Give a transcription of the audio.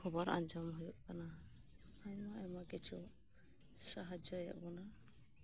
ᱠᱷᱚᱵᱚᱨ ᱟᱡᱚᱢ ᱦᱩᱭᱩᱜ ᱠᱟᱱᱟ ᱠᱤᱪᱷᱩᱭ ᱥᱟᱦᱟᱡᱚᱭᱮᱫ ᱵᱚᱱᱟ